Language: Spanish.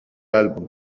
álbum